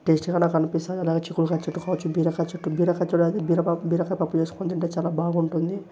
టేస్టీగా నాకు అనిపిస్తాయి అలాగే చిక్కుడుకాయ చెట్టు కావచ్చు బీరకాయ చెట్టు బీరకాయ్ బీరబాబ్ బీరకాయ పప్పు చేసుకుని తింటే చాలా బాగుంటుంది